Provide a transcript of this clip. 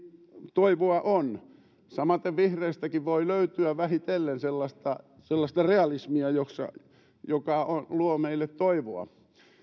toivoa on samaten vihreistäkin voi löytyä vähitellen sellaista sellaista realismia joka luo meille toivoa